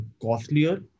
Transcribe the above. costlier